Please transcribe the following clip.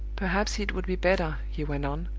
perhaps it would be better, he went on,